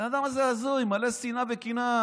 הבן אדם הזה הזוי, מלא שנאה וקנאה.